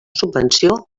subvenció